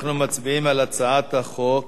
אנחנו מצביעים על הצעת חוק